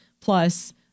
Plus